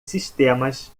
sistemas